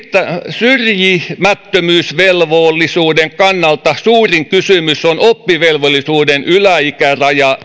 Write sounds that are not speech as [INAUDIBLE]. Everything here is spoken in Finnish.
syrjimättömyysvelvollisuuden kannalta suurin kysymys on oppivelvollisuuden yläikäraja [UNINTELLIGIBLE]